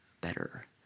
better